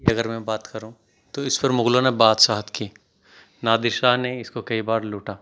اِدھر میں بات کروں تو اس پر مغلوں نے بادشاہت کی نادر شاہ نے اس کو کئی بار لوٹا